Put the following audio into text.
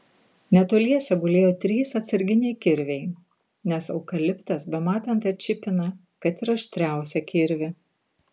netoliese gulėjo trys atsarginiai kirviai nes eukaliptas bematant atšipina kad ir aštriausią kirvį